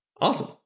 awesome